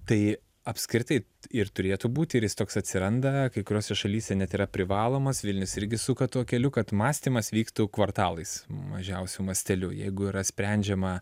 tai apskritai ir turėtų būti ir jis toks atsiranda kai kuriose šalyse net yra privalomas vilnius irgi suka tuo keliu kad mąstymas vyktų kvartalais mažiausiu masteliu jeigu yra sprendžiama